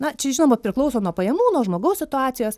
na čia žinoma priklauso nuo pajamų nuo žmogaus situacijos